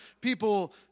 people